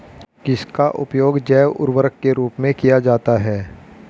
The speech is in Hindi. किसका उपयोग जैव उर्वरक के रूप में किया जाता है?